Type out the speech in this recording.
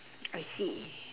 I see